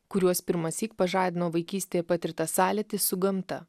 kuriuos pirmąsyk pažadino vaikystėje patirtas sąlytis su gamta